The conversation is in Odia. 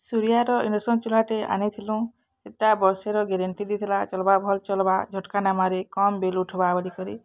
ସୂରିଆର ଇଡ଼କ୍ସନ୍ ଚୁଲାଟେ ଆନିଥିଲୁଁ ସେଟା ବର୍ଷେର ଗ୍ୟାରେଣ୍ଟି ଦେଇଥିଲା ଚଲ୍ବା ଭଲ୍ ଚଲ୍ବା ଝଟଁକା ନାଇ ମାରେ କମ୍ ବିଲ୍ ଉଠିବା ବଲିକରି